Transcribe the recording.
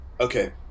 Okay